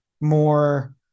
more